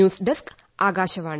news desk Akashvani